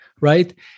right